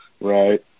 Right